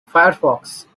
firefox